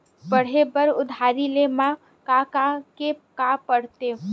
पढ़े बर उधारी ले मा का का के का पढ़ते?